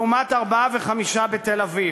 לעומת ארבעה וחמישה בתל-אביב.